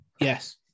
Yes